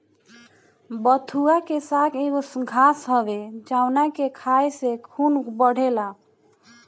बथुआ के साग एगो घास हवे जावना के खाए से खून बढ़ेला